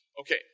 Okay